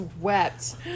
wept